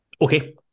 Okay